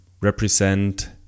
represent